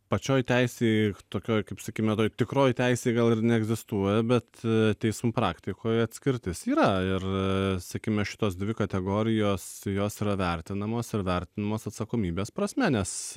pačioj teisėj tokioj kaip sakykime toj tikroj teisėj gal ir neegzistuoja bet teismų praktikoje atskirtis yra ir sakykime šitos dvi kategorijos jos yra vertinamos ir vertinamos atsakomybės prasme nes